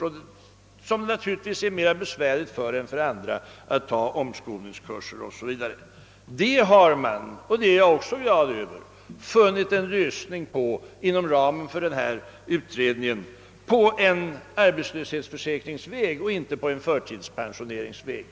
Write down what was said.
Och det är naturligtvis mera besvärligt att när det gäller äldre människor nå resultat genom omskolningskurser. Detta har man — och det är jag glad över — funnit en lösning på inom ramen för utredningen: utredningen förordar en arbetslöshetsförsäkringsväg och inte en förtidspensioneringsväg.